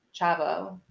Chavo